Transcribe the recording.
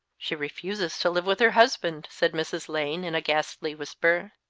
she refuses to live with her husband, said mrs. lane, in a ghastly whisper.